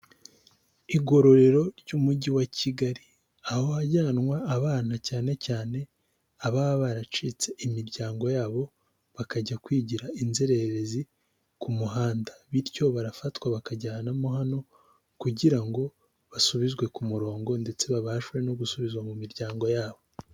Igororero ry'umujyi wa Kigali, aho hajyanwa abana cyane cyane, ababa baracitse imiryango yabo bakajya kwigira inzererezi ku muhanda, bityo barafatwa bakajyanwamo hano kugira ngo basubizwe ku murongo ndetse babashe no gusubizwa mu miryango yabo.